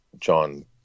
John